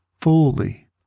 fully